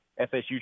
FSU